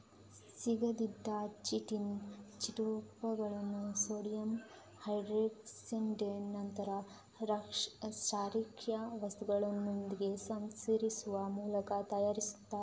ಸೀಗಡಿಯ ಚಿಟಿನ್ ಚಿಪ್ಪುಗಳನ್ನ ಸೋಡಿಯಂ ಹೈಡ್ರಾಕ್ಸೈಡಿನಂತಹ ಕ್ಷಾರೀಯ ವಸ್ತುವಿನೊಂದಿಗೆ ಸಂಸ್ಕರಿಸುವ ಮೂಲಕ ತಯಾರಿಸ್ತಾರೆ